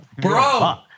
Bro